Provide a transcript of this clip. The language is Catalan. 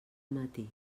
matí